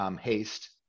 haste